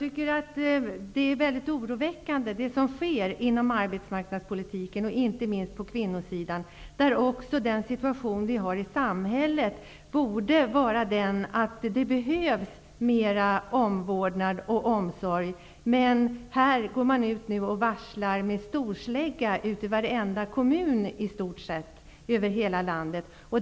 Herr talman! Jag tycker att det som sker inom arbetsmarknadspolitiken är mycket oroväckande, inte minst på kvinnosidan. Situationen i vårt samhälle är sådan att det skulle behövas mera av omvårdnad och omsorg, men här går man nu ut med storsläggan och varslar i stort sett i varenda kommun över hela landet.